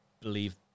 believe